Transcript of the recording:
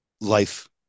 life